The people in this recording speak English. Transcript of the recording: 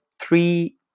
three